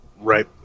Right